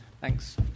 Thanks